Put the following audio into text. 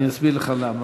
אני אסביר לך למה: